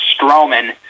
Strowman